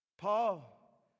Paul